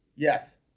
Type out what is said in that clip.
Yes